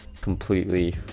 completely